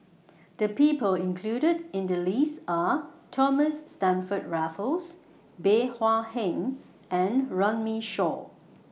The People included in The list Are Thomas Stamford Raffles Bey Hua Heng and Runme Shaw